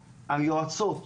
היועצות,